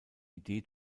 idee